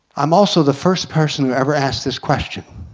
i'm also the first person who ever asked this question